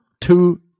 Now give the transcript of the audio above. two